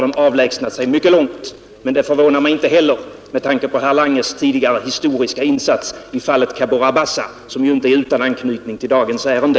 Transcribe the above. Men det förvånar mig inte heller, med tanke på herr Langes tidigare historiska insatser i fallet Cabora Bassa, som ju inte är utan anknytning till dagens ärende.